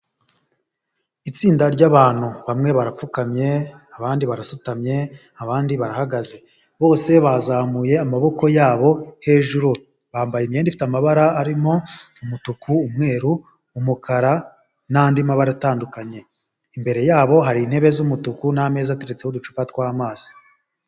Itsinda ry'abantu, bamwe barapfukamye, abandi barasutamye, abandi barahagaze, bose bazamuye amaboko yabo hejuru, bambaye imyenda ifite amabara arimo umutuku, umweru, umukara, n'andi mabara atandukanye, imbere yabo hari intebe z'umutuku, n'ameza ateretse uducupa twamazi.